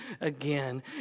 again